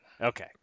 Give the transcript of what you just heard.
Okay